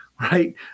right